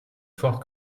forte